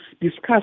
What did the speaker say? discuss